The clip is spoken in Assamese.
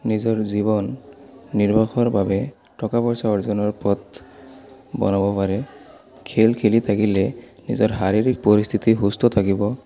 নিজৰ জীৱন নিৰ্বাহৰ বাবে টকা পইচা অৰ্জনৰ পথ বনাব পাৰে খেল খেলি থাকিলে নিজৰ শাৰীৰিক পৰিস্থিতি সুস্থ থাকিব